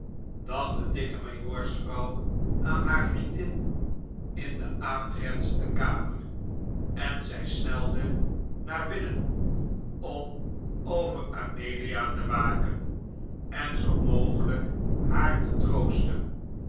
de dikke majoorsvrouw aan haar vriendin in de aangrenzende kamer en zij snelde naar binnen om over amelia te waken en zoo mogelijk haar te troosten